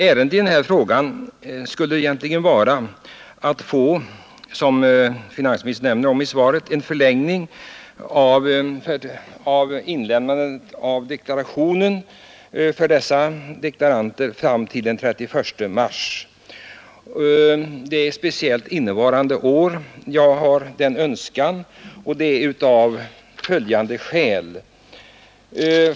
Ärendet i denna fråga skulle egentligen vara att, som finansministern nämner i svaret, få generellt anstånd med avlämnandet av deklaration för ifrågavarande deklaranter fram till den 31 mars. Det är speciellt under innevarande år som jag har den önskan, och detta av följande skäl.